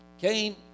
Cain